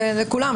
לכולם.